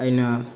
ꯑꯩꯅ